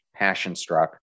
passionstruck